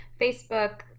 Facebook